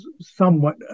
somewhat